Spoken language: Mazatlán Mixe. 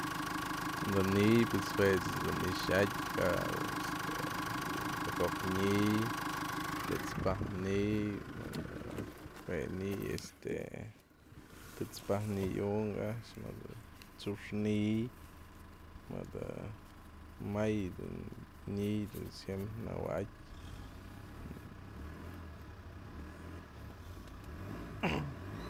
Da'a ni'iy pues jue ech dun ni'ix a'atë ka este bi'i tëko'ok ni'iy, të'ëts pajk ni'iy mëdë we ni'iy este të'ëts pajk ni'iy unkë a'ax, mëdë tsu'uxkë ni'iy, mëdë may dun ni'in xi'im njëwa'aty.